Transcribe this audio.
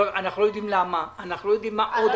אנחנו לא יודעים למה, אנחנו לא יודעים אילו עוד